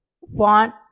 want